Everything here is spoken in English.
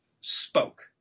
spoke